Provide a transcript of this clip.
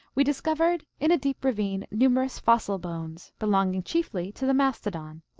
we discovered in a deep ravine numerous fossil bones, belonging chiefly to the mastodon,